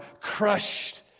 crushed